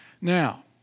Now